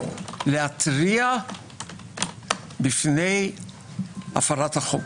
להתריע בפני הפרת החוק,